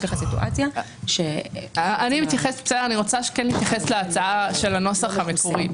אני רוצה להתייחס להצעה של הנוסח המקורי.